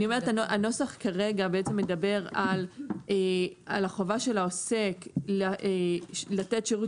אני אומרת שהנוסח כרגע מדבר על החובה של העוסק לתת שירות